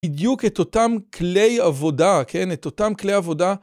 בדיוק את אותם כלי עבודה, כן? את אותם כלי עבודה.